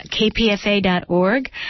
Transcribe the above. kpfa.org